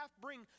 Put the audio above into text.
bring